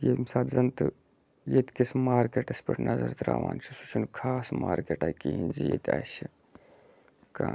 ییٚمہِ ساتہٕ زَن تہٕ ییٚتہِ کِس مارکٮ۪ٹَس پٮ۪ٹھ نظر ترٛاوان چھِ سُہ چھُنہٕ خاص مارکٮ۪ٹا کِہیٖنۍ زِ ییٚتہِ آسہِ کانٛہہ